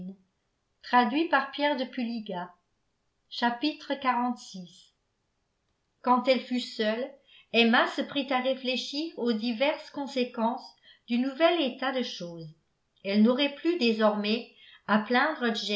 quand elle fut seule emma se prit à réfléchir aux diverses conséquences du nouvel état de choses elle n'aurait plus désormais à